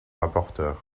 rapporteur